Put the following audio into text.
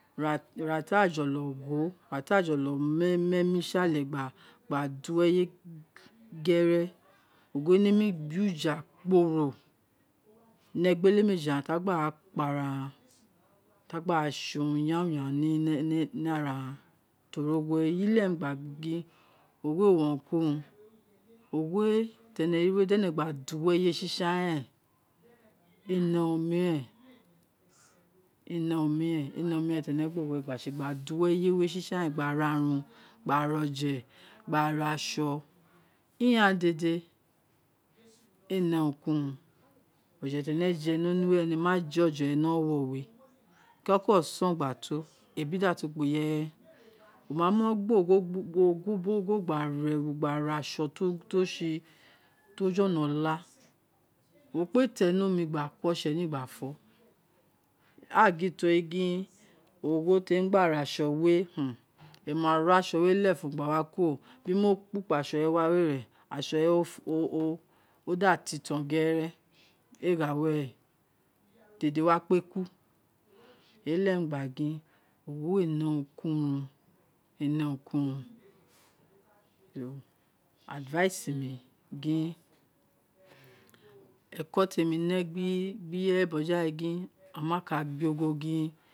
Ira ira ti a jolo gho, ira ti a jolo mu emi sale gba do eye gere gin o nemi gbe uja kporo ni egbele mejí aghan ti a gba kpa ara ghan ti o agba son oma yanwu yamou ni ara ghan teri ogho eyi leghe mi gba gin ogho ee wo urunki urun ogho ti ene ri we di ene gba do eye sisan ene urun miren, ene urun miren, ti ene fe gba ogho gba se gba do eye sisan gba ra run, gba ra oje, gba ra aso, ighaan dede ene urunki urun oje ti ene je ni onuwe, ene ma je oje we ni owowo we keke oson gba to ebi datu kpa ireye ren wo ma mo gba ogho ni ubo gba ra gba ra aso, to se to jolo la, wo kpe te ni oni gba ko ose ri gba fo o a gin teri gin ogho ti emi gba ra eso we mo ma ro aso we gba wa kuro de mi kpu kpu aso we ren, aso we da titon gere, ee gha were, dede wa kpe ku, eyi ee leghe mi gba gin, we e ne urun ki urun, wee ne urun ki urun, aduise mi gin eko te mi gbe ireye bojo ghawe, ama ka.